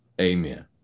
Amen